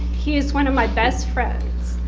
he is one of my best friends.